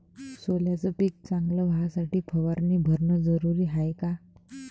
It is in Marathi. सोल्याचं पिक चांगलं व्हासाठी फवारणी भरनं जरुरी हाये का?